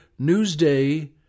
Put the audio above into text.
Newsday